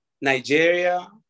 Nigeria